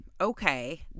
okay